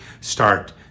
start